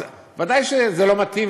אז ודאי שזה לא מתאים,